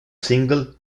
single